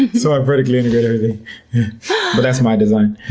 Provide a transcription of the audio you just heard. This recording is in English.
so i vertically integrated everything, but that's my design.